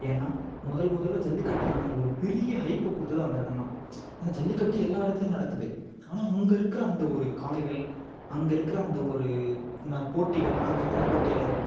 ஏன்னா முதல் முதல்ல ஜல்லிக்கட்டுக்கான அந்த ஒரு பெரிய ஹைப்பை கொடுத்தது அந்த இடம் தான் ஏன்னா ஜல்லிக்கட்டு எல்லா இடத்துலையும் நடக்குது ஆனால் அங்கே இருக்கிற அந்த ஒரு காளைகள் அங்கே இருக்கிற அந்த ஒரு ந போட்டிகள் அங்கே இருக்க அந்த போட்டியாளர்கள்